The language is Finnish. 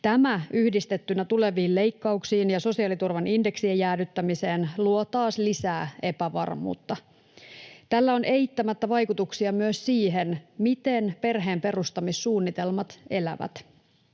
Tämä yhdistettynä tuleviin leikkauksiin ja sosiaaliturvan indeksien jäädyttämiseen luo taas lisää epävarmuutta. Tällä on eittämättä vaikutuksia myös siihen, miten perheenperustamissuunnitelmat elävät.